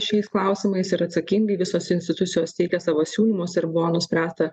šiais klausimais ir atsakingai visos institucijos teikia savo siūlymus ir buvo nuspręsta